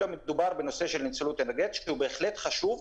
מדובר בנושא של נצילות אנרגטית שהוא בהחלט חשוב.